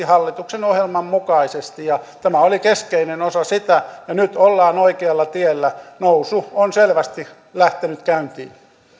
hallituksen ohjelman mukaisesti tämä oli keskeinen osa sitä ja nyt ollaan oikealla tiellä nousu on selvästi lähtenyt käyntiin